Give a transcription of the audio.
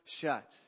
shut